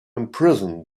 imprison